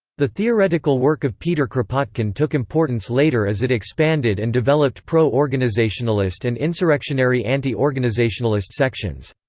the theoretical work of peter kropotkin took importance later as it expanded and developed pro-organisationalist and insurrectionary anti-organisationalist sections.